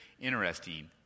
interesting